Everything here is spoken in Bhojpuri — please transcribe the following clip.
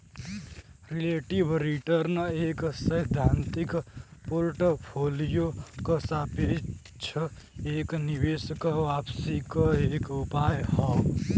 रिलेटिव रीटर्न एक सैद्धांतिक पोर्टफोलियो क सापेक्ष एक निवेश क वापसी क एक उपाय हौ